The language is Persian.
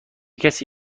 کسی